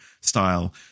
style